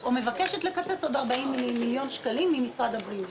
או מבקשת לקצץ עוד 40 מיליון שקלים ממשרד הבריאות.